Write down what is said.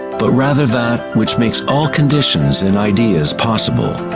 but rather that which makes all conditions and ideas possible.